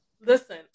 Listen